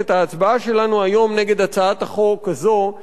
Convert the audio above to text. ההצבעה שלנו היום נגד הצעת החוק הזאת היא